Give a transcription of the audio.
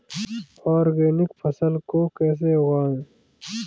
Organic फसल को कैसे उगाएँ?